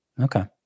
Okay